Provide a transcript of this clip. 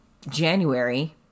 January